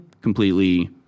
completely